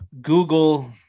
Google